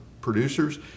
producers